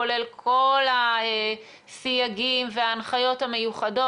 כולל כל הסייגים וההנחיות המיוחדות.